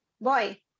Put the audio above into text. Boy